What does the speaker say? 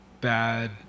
bad